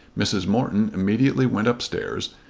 mrs. morton immediately went up-stairs,